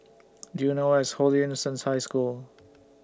Do YOU know Where IS Holy Innocents' High School